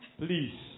Please